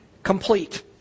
Complete